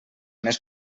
més